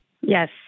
Yes